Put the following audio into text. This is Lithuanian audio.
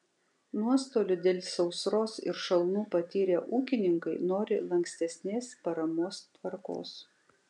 nuostolių dėl sausros ir šalnų patyrę ūkininkai nori lankstesnės paramos tvarkos